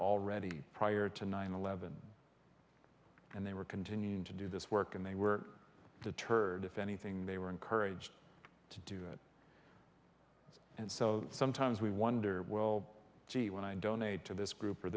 already prior to nine eleven and they were continuing to do this work and they were deterred if anything they were encouraged to do it and so sometimes we wonder well gee when i donate to this group or